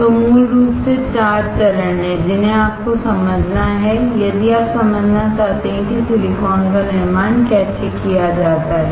तो मूल रूप से 4 चरण हैं जिन्हें आपको समझना है यदि आप समझना चाहते हैं कि सिलिकॉन का निर्माण कैसे किया जाता है